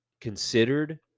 considered